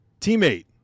teammate